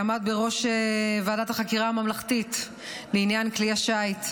עמד בראש ועדת החקירה הממלכתית לעניין כלי השיט,